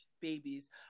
babies